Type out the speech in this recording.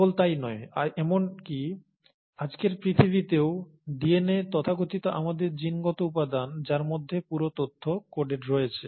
কেবল তাই নয় এমনকি আজকের পৃথিবীতেও ডিএনএ তথাকথিত আমাদের জিনগত উপাদান যার মধ্যে পুরো তথ্য কোডেড রয়েছে